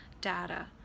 data